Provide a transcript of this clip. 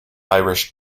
irish